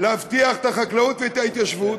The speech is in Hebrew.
להבטיח את החקלאות ואת ההתיישבות,